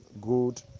Good